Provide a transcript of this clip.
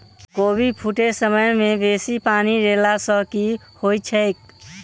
कोबी फूटै समय मे बेसी पानि देला सऽ की होइ छै?